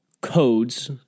codes